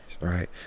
right